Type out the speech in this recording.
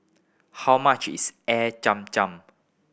how much is Air Zam Zam